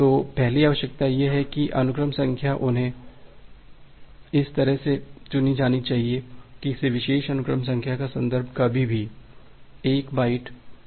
तो पहली आवश्यकता यह है कि अनुक्रम संख्याएँ उन्हें इस तरह से चुनी जानी चाहिए कि किसी विशेष अनुक्रम संख्या का संदर्भ कभी भी 1 बाइट से अधिक न हो